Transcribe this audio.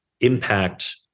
impact